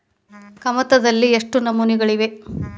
ಕಮತದಲ್ಲಿ ಎಷ್ಟು ನಮೂನೆಗಳಿವೆ ರಿ?